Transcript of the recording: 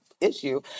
issue